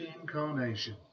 Incarnation